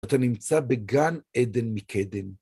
אתה נמצא בגן עדן מקדם.